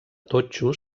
totxo